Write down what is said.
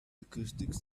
acoustics